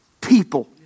people